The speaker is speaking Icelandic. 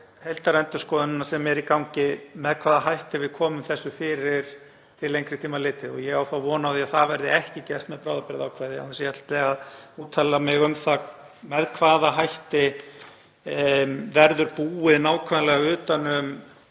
heildarendurskoðunina sem er í gangi með hvaða hætti við komum þessu fyrir til lengri tíma litið. Ég á þá von á því að það verði ekki gert með bráðabirgðaákvæði, án þess að ég ætli að úttala mig um það með hvaða hætti verður búið nákvæmlega um